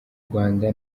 rwanda